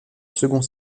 second